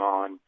on